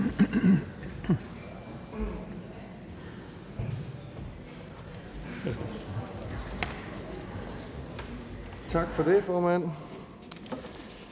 Tak for det, formand.